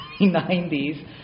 90s